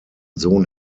sohn